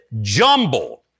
jumble